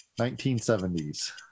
1970s